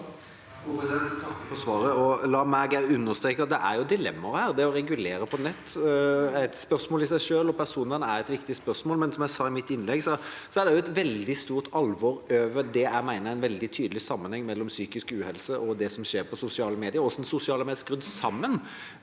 takker for svaret. La meg understreke at det er dilemmaer her. Det å regulere på nett er et spørsmål i seg selv, og personvern er et viktig spørsmål. Men som jeg sa i mitt innlegg, er det også et veldig stort alvor over det jeg mener er en veldig tydelig sammenheng mellom psykisk uhelse og det som skjer på sosiale medier, med tanke på hvordan sosiale medier er skrudd sammen